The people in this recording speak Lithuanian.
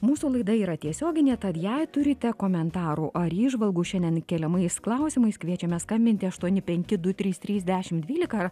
mūsų laida yra tiesioginė tad jei turite komentarų ar įžvalgų šiandien keliamais klausimais kviečiame skambinti aštuoni penki du trys trys dešimt dvylika